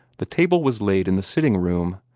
the table was laid in the sitting-room,